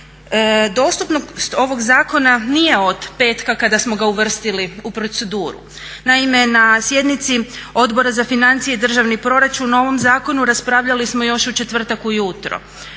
dostupnost ovog zakona nije od petka kada smo ga uvrstili u proceduru, naime na sjednici Odbora za financije i državni proračun o ovom zakonu raspravljali smo još u četvrtak ujutro,